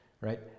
right